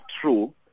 true